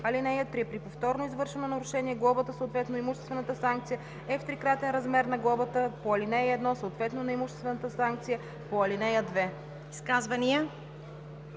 лв. (3) При повторно извършено нарушение глобата, съответно имуществената санкция, е в трикратен размер на глобата по ал. 1, съответно на имуществената санкция по ал. 2.“ Комисията